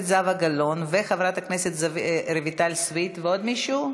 בעד, 37 חברי כנסת, אין מתנגדים,